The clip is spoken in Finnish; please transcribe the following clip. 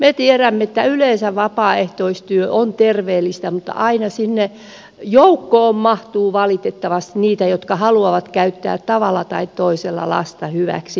me tiedämme että yleensä vapaaehtoistyö on terveellistä mutta aina sinne joukkoon mahtuu valitettavasti niitä jotka haluavat käyttää tavalla tai toisella lasta hyväksi